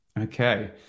Okay